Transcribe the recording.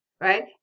right